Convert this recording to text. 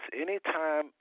anytime